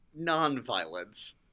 nonviolence